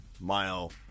mile